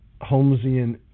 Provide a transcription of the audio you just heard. Holmesian